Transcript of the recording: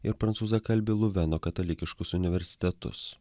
ir prancūzakalbį luveno katalikiškus universitetus